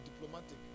diplomatic